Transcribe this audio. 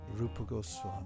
Rupagoswami